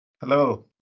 Hello